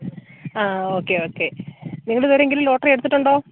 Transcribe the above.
ആ okay okay നിങ്ങൾ ഇതുവരെയെങ്കിലും ലോട്ടറി എടുത്തിട്ടുണ്ടോ